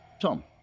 Tom